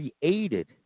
created